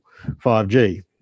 5G